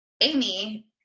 Amy